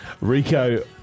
Rico